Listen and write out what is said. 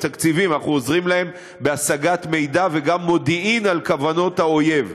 אנחנו עוזרים להם בהשגת מידע וגם מודיעין על כוונות האויב.